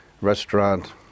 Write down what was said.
restaurant